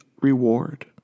reward